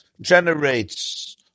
generates